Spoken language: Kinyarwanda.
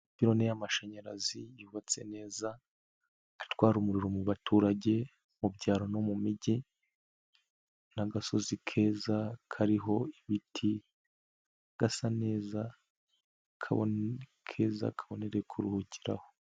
Amapiroloni y'amashanyarazi yubatse neza, atwara umuriro mu baturage mu byaro no mu mijyi, n'agasozi keza kariho ibiti gasa neza kabone keza kabereye kuruhukiraho.